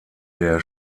der